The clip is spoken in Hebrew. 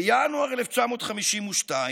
בינואר 1952,